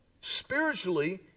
spiritually